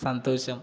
సంతోషం